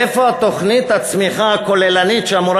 איפה תוכנית הצמיחה הכוללנית שאמורה